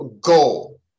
goal